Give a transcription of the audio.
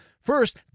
First